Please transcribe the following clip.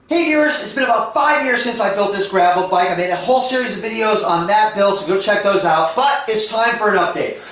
hey viewers, it's been about five years since i built this gravel bike. i made a whole series of videos on that build, so go check those out, but it's time for an update.